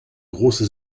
große